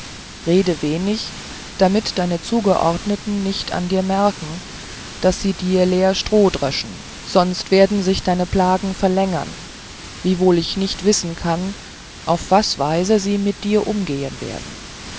rede wenig damit deine zugeordnete nicht an dir merken daß sie lär stroh dröschen sonsten werden sich deine plagen verlängern wiewohl ich nicht wissen kann auf was weise sie mit dir umgehen werden